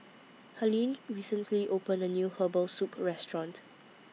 Harlene recently opened A New Herbal Soup Restaurant